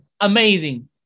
amazing